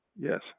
yes